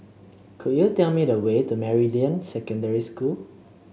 could you tell me the way to Meridian Secondary School